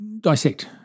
dissect